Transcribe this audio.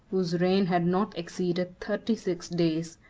whose reign had not exceeded thirty-six days,